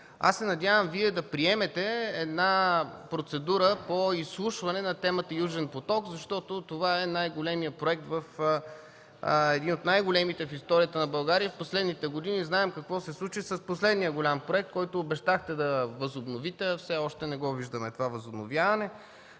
Аз се надявам Вие да приемете една процедура по изслушване по темата „Южен поток”, защото това е един от най-големите в историята на България. В последните години знам какво се случи с последния голям проект, който обещахте да възобновите, а все още не виждаме това възобновяване.